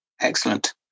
Excellent